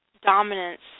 dominance